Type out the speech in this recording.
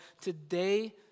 Today